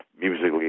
musically